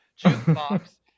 jukebox